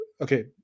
okay